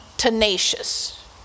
tenacious